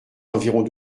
environs